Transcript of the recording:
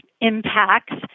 impacts